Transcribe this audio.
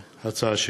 קריאה ראשונה.